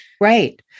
Right